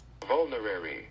Vulnerary